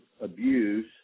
abuse